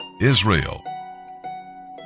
Israel